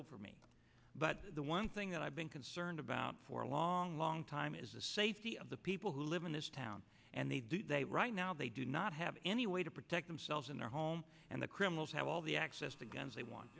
for me but the one thing that i've been concerned about for a long long time is the safety of the people who live in this town and they do they right now they do not have any way to protect themselves in their home and the criminals have all the access to guns they want